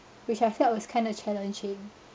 which I felt was kind of challenging